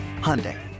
Hyundai